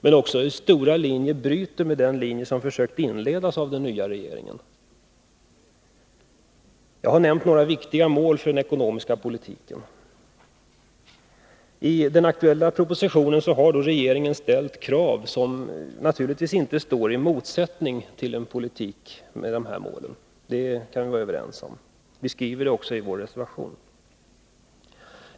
Till stora delar måste den avvika från den linje som den nya regeringen har försökt inleda med. Jag har nämnt några viktiga mål för den ekonomiska politiken. I den aktuella propositionen har regeringen ställt krav som naturligtvis inte står i motsättning till en politik för uppnåendet av dessa mål — det kan vi vara överens om. Detta framhåller vi också i vår reservation.